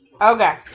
Okay